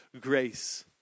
grace